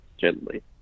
gently